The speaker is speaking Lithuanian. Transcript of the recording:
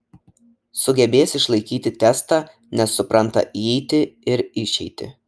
sugebės išlaikyti testą nes supranta įeitį ir išeitį